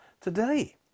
today